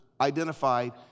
identified